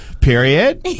period